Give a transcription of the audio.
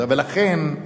ולכן,